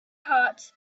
hearts